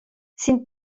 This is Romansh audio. sin